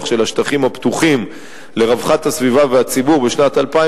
של השטחים הפתוחים לרווחת הסביבה והציבור בשנת 2010